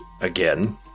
Again